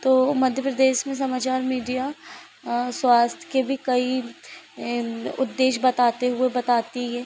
तो मध्य प्रदेश में समाचार मीडिया स्वास्थ्य के भी कई ए उद्देश्य बताते हुए बताती है